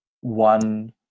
one